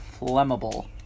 flammable